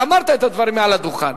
הרי אמרת את הדברים מעל הדוכן.